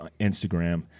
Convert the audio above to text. Instagram